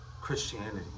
Christianity